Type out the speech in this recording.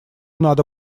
надо